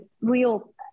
real